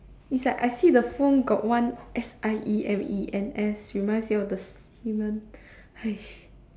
is like I see the phone got one S I E M E N S reminds me of the semen